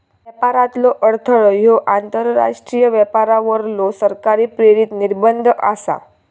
व्यापारातलो अडथळो ह्यो आंतरराष्ट्रीय व्यापारावरलो सरकार प्रेरित निर्बंध आसा